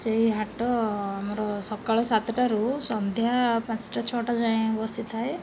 ସେଇ ହାଟ ଆମର ସକାଳ ସାତଟାରୁ ସନ୍ଧ୍ୟା ପାଞ୍ଚଟା ଛଅଟା ଯାଏଁ ବସିଥାଏ